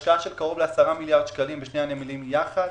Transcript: השקעה של קרוב ל-10 מיליארד שקלים בשני הנמלים יחד.